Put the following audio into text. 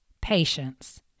patience